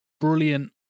brilliant